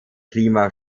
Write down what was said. klima